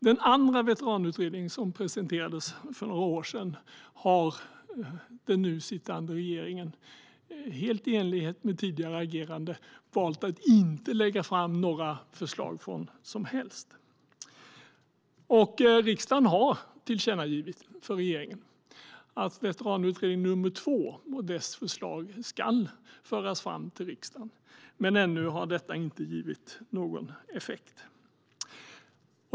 Den andra veteranutredningen, som presenterades för några år sedan, har den nu sittande regeringen, helt i enlighet med tidigare agerande, valt att inte lägga fram några som helst förslag från. Riksdagen har tillkännagivit för regeringen att veteranutredning nummer två och dess förslag ska föras fram till riksdagen, men ännu har detta inte givit någon effekt.